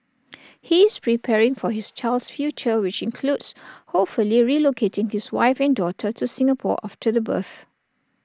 he is preparing for his child's future which includes hopefully relocating his wife and daughter to Singapore after the birth